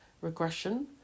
regression